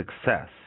success